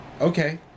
Okay